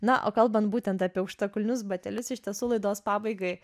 na o kalbant būtent apie aukštakulnius batelius iš tiesų laidos pabaigai